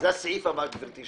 זה הסעיף הבא, גברתי.